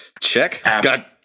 Check